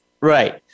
Right